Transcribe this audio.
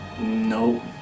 No